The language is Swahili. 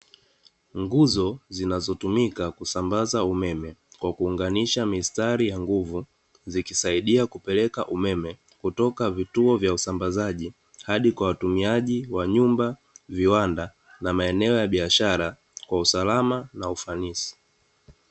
Nguzo zinazotumika kusambaza umeme kwa kuunganisha mistari ya nguvu zikisaidia kupeleka umeme kutoka vituo vya usambazaji hadi kwa watumiaji wa nyumba, viwanda na maeneo ya biashara kwa usalama na ufanisi.